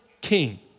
king